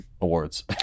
awards